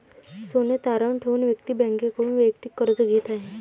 सोने तारण ठेवून व्यक्ती बँकेकडून वैयक्तिक कर्ज घेत आहे